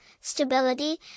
stability